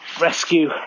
rescue